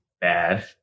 bad